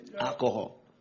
Alcohol